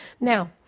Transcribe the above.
Now